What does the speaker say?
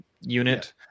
unit